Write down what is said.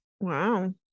Wow